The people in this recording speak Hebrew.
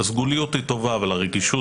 הסגוליות היא טובה אבל הרגישות